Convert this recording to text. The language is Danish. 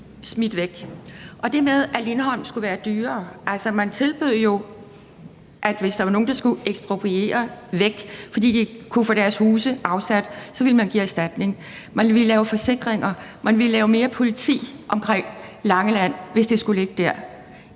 smidt væk. Og til det med, at Lindholm skulle være dyrere, vil jeg sige, at man jo tilbød at give erstatning, hvis der var nogle, der skulle ekspropriere, fordi de ikke kunne få deres huse afsat, og man ville lave forsikringer, og man ville placere mere politi omkring Langeland, hvis det skulle ligge dér.